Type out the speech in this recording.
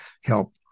help